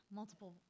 multiple